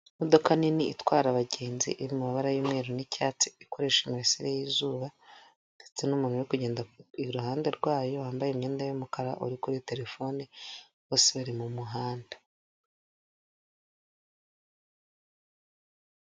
Imodoka nini itwara abagenzi iri mu mabara y'umweru n'icyatsi, ikoresha imirasire y'izuba ndetse n'umuntu uri kugenda iruhande rwayo, wambaye imyenda y'umukara uri kuri telefone bose bari mu muhanda.